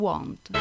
Want